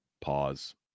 Pause